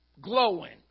glowing